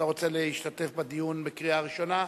אתה רוצה להשתתף בדיון בקריאה ראשונה?